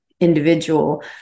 individual